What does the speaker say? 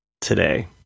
today